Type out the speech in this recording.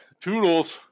Toodles